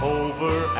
over